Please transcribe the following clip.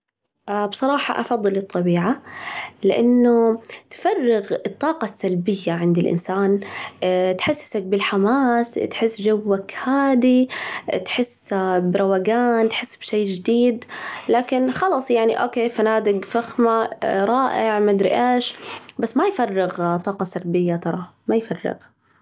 بصراحة أفضل الطبيعة لأنه تفرغ الطاقة السلبية عند الإنسان، تحسسك بالحماس، تحس جوك هادي، تحس بروقان، تحس بشي جديد لكن خلاص، يعني أوكي، فنادق فخمة رائع مدري إيش، بس ما يفرغ طاقة سلبية ترى ما يفرغ.